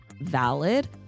valid